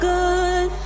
good